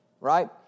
right